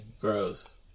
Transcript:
Gross